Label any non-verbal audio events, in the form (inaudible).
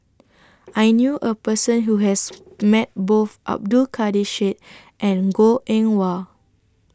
(noise) I knew A Person Who has Met Both Abdul Kadir Syed and Goh Eng Wah